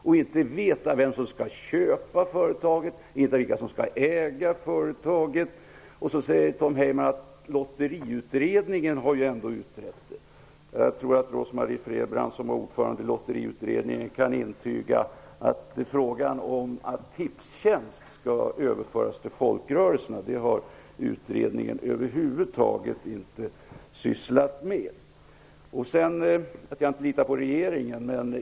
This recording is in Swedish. Man vet inte vem som skall köpa och äga företaget. Tom Heyman sade att Lotteriutredningen har utrett den frågan. Jag tror att Rose-Marie Frebran, som var ordförande i Lotteriutredningen, kan intyga att utredningen över huvud taget inte har sysslat med frågan om att Tipstjänst skulle överföras till folkrörelserna. Sedan sade Tom Heyman att jag inte litade på regeringen.